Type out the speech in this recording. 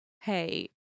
hey